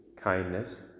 kindness